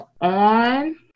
on